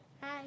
hi